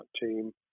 team